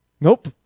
Nope